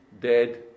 dead